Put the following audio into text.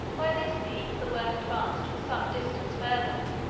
by these means the work advanced for some distance further.